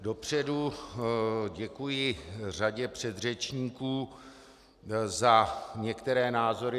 Dopředu děkuji řadě předřečníků za některé názory.